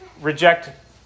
reject